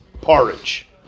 porridge